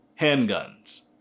handguns